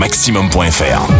maximum.fr